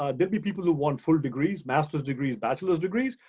ah there'll be people who want full degrees, master's degrees, bachelor's degrees,